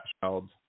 child